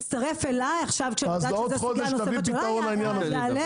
אז בעוד חודש תביאי פתרון לעניין הזה.